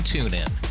TuneIn